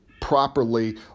properly